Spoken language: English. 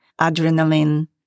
adrenaline